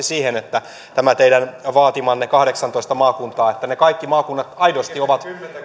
siihen että nämä teidän vaatimanne kahdeksantoista maakuntaa ne kaikki maakunnat aidosti ovat